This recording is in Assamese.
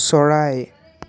চৰাই